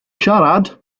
siarad